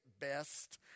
best